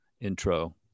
intro